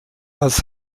als